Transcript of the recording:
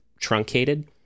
truncated